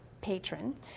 patron